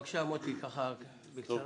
בבקשה, מוטי יוגב, בקצרה.